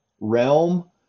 realm